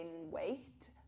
weight